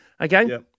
Okay